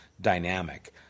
dynamic